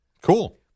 Cool